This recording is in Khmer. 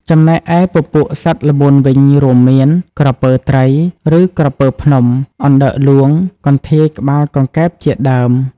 ចំណែកឯពពួកសត្វល្មូនវិញ រួមមាន ក្រពើត្រី ឬក្រពើភ្នំ អណ្តើកហ្លួង កន្ធាយក្បាលកង្កែបជាដើម។